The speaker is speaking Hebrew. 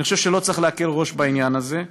אני חושב שלא צריך להקל ראש בעניין הזה.